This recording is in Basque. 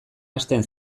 hasten